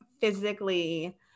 physically